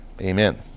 Amen